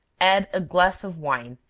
add a glass of wine,